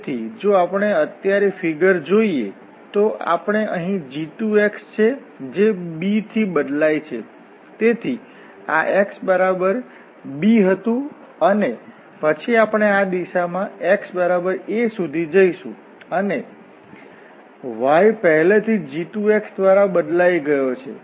તેથી જો આપણે અત્યારે ફિગર જોઈએ તો આપણે અહીં g2 છે જે b થી બદલાય છે તેથી આ x b હતું અને પછી આપણે આ દિશામાં x a સુધી જઈશું અને y પહેલાથી g2 દ્વારા બદલાઈ ગયો છે